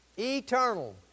Eternal